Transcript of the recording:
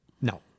no